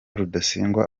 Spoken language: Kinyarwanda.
rudasingwa